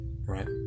Right